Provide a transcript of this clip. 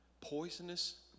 Poisonous